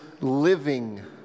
living